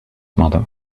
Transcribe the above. mother